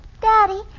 Daddy